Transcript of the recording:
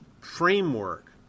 framework